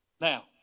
Now